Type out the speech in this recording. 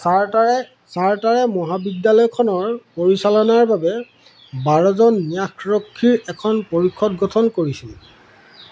চাৰ্টাৰে মহাবিদ্যালয়খনৰ পৰিচালনাৰ বাবে বাৰজন ন্যাসৰক্ষীৰ এখন পৰিষদ গঠন কৰিছিল